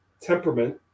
temperament